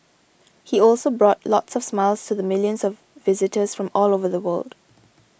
he also brought lots of smiles to the millions of visitors from all over the world